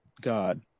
God